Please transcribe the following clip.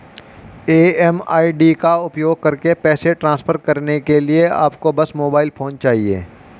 MMID का उपयोग करके पैसे ट्रांसफर करने के लिए आपको बस मोबाइल फोन चाहिए